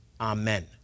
Amen